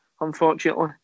unfortunately